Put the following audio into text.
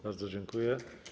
Bardzo dziękuję.